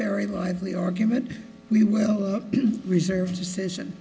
very lively argument we will reserve decision